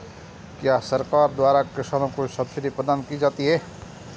क्या सरकार द्वारा किसानों को कोई सब्सिडी प्रदान की जाती है?